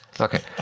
okay